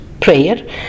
prayer